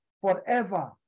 Forever